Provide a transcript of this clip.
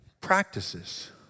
Practices